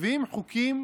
מביאים חוקים